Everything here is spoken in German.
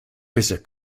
besser